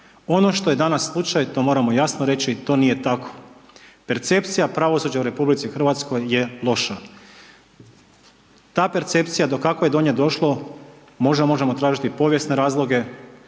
Ono što je danas slučaj to moramo jasno reći, to nije tako. Percepcija pravosuđa u RH je loša. Ta percepcija, do kako je do nje došlo, možda možemo tražiti povijesne razloge,